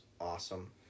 awesome